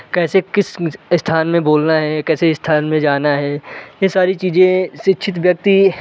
कैसे किस स्थान मे बोलना है कैसे स्थान में जाना है ये सारी चीज़ें शिक्षित व्यक्ति